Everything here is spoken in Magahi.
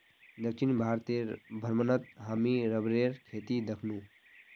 दक्षिण भारतेर भ्रमणत हामी रबरेर खेती दखनु